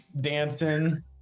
dancing